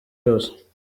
yose